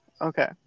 Okay